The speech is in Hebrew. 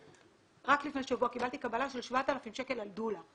רק לפני שבוע קיבלתי קבלה של 7,000 שקלים על דולה.